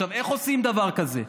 איך עושים דבר כזה?